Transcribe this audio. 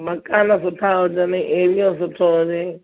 मकान सुठा हुजनि एरियो सुठो हुजे